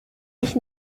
ich